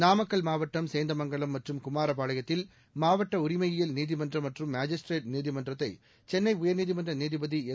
நாமக்கல் மாவட்டம் சேந்தமங்கலம் மற்றும் குமாரபாளையத்தில் மாவட்ட உரிமையியல் நீதிமன்றம் மற்றும் மாஜிஸ்ட்ரேட் நீதிமன்றத்தை சென்னை உயர்நீதிமன்ற நீதிபதி எஸ்